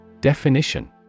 Definition